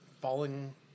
falling